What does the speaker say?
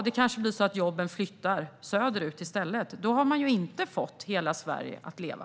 Det kanske blir så att jobben flyttar söderut i stället. Då har man ju inte fått hela Sverige att leva.